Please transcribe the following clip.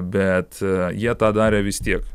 bet jie tą darė vis tiek